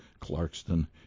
Clarkston